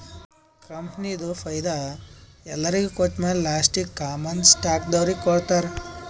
ಕಂಪನಿದು ಫೈದಾ ಎಲ್ಲೊರಿಗ್ ಕೊಟ್ಟಮ್ಯಾಲ ಲಾಸ್ಟೀಗಿ ಕಾಮನ್ ಸ್ಟಾಕ್ದವ್ರಿಗ್ ಕೊಡ್ತಾರ್